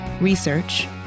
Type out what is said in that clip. research